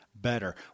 better